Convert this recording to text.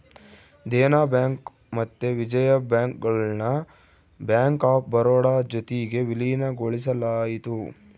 Dena bank ಮತ್ತೆ Vijaya bank ಗುಳ್ನ bank of Baroda ಜೊತಿಗೆ ವಿಲೀನಗೊಳಿಸಲಾಯಿತು